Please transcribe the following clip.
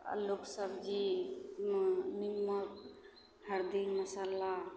अल्लूके सबजी ओहिमे निम्मक हरदी मसल्ला